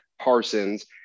Parsons